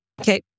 Okay